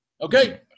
Okay